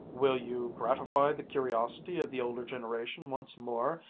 will you gratify the curiosity of the older generation once more,